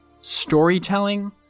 storytelling